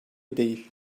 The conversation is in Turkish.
değil